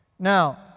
Now